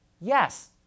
Yes